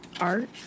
Art